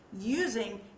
using